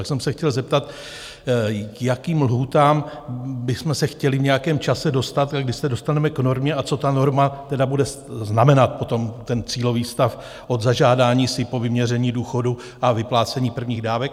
Tak jsem se chtěl zeptat, k jakým lhůtám bychom se chtěli v nějakém čase dostat, kdy se dostaneme k normě a co ta norma tedy bude znamenat potom, ten cílový stav od zažádání si po vyměření důchodu a vyplacení prvních dávek?